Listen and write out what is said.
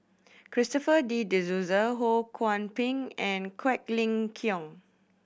Christopher De Souza Ho Kwon Ping and Quek Ling Kiong